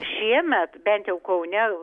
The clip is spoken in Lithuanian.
šiemet bent jau kaune